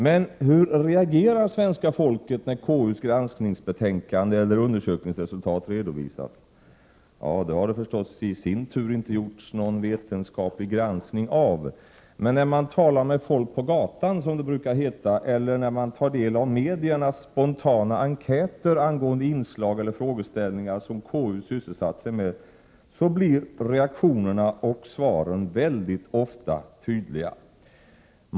Men hur reagerar svenska folket när KU:s granskningsbetänkande eller undersökningsresultat redovisas? Ja, det har det inte gjorts någon vetenskaplig granskning av, men när man talar med folk på gatan, som det brukar heta, eller när man tar del av mediernas spontana enkäter angående inslag eller frågeställningar som KU sysselsatt sig med, blir reaktionerna och svaren väldigt ofta tydliga.